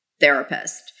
therapist